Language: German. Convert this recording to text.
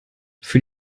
für